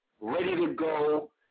ready-to-go